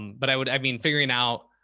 but i would, i mean, figuring out,